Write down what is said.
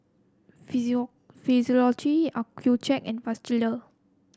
Physio Physiogel Accucheck and Vagisil